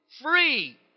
Free